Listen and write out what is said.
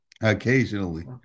Occasionally